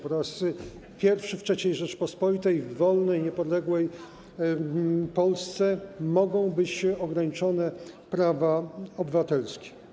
Po raz pierwszy w III Rzeczypospolitej, w wolnej, niepodległej Polsce mogą być ograniczone prawa obywatelskie.